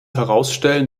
herausstellen